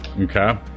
okay